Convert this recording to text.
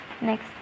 Next